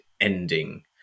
ending